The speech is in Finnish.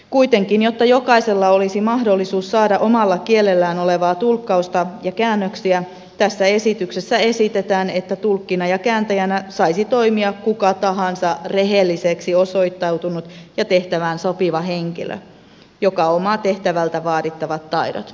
kuitenkin jotta jokaisella olisi mahdollisuus saada omalla kielellään tulkkausta ja käännöksiä tässä esityksessä esitetään että tulkkina ja kääntäjänä saisi toimia kuka tahansa rehelliseksi osoittautunut ja tehtävään sopiva henkilö joka omaa tehtävältä vaadittavat taidot